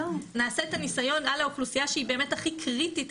נעשה את הניסיון על האוכלוסייה שהיא באמת הכי קריטית,